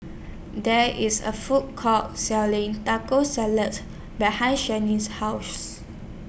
There IS A Food Court Selling Taco Salads behind Shianne's House